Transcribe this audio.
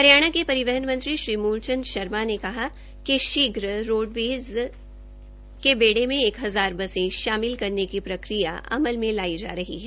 हरियाणा के परिवहन मंत्री श्री मुलचंद शर्मा ने कहा कि शीघ्र ही रोडवेज के बेड़े में एक हजार बसें शामिल करने की प्रक्रिया अमल में लाई जा रही है